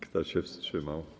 Kto się wstrzymał?